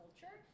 culture